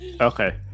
okay